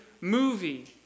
movie